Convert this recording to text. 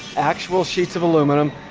actual sheets of aluminum.